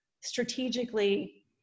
strategically